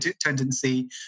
tendency